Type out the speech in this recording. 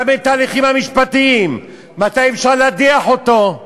גם את ההליכים המשפטיים, מתי אפשר להדיח אותו.